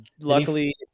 luckily